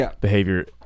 behavior